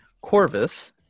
Corvus